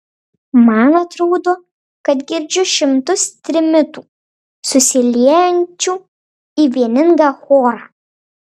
man atrodo kad girdžiu šimtus trimitų susiliejančių į vieningą chorą